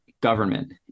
government